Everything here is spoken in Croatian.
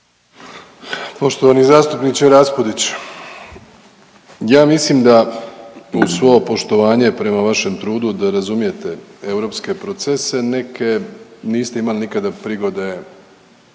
Poštovani zastupniče Raspudić, ja mislim da uz svo poštovanje prema vašem trudu da razumijete europske procese neke niste imali nikada prigode